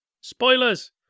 Spoilers